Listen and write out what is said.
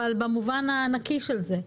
אבל במובן הנקי של זה.